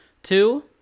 Two